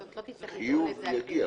כלומר לא תצטרך להטעין את זה.